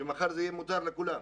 מחר זה יהיה מותר לכולם.